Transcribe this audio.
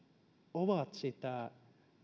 ovat osa sitä